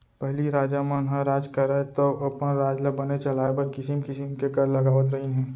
पहिली राजा मन ह राज करयँ तौ अपन राज ल बने चलाय बर किसिम किसिम के कर लगावत रहिन हें